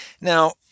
Now